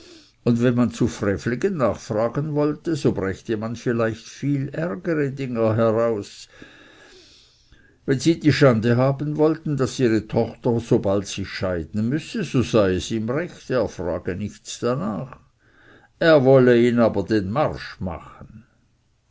und wenn man zu frevligen nachfragen wollte so brächte man vielleicht viel ärgere dinge heraus wenn sie die schande haben wollten daß ihre tochter so bald sich scheiden müsse so sei es ihm recht er frage nichts darnach er wolle ihnen dann aber den marsch machen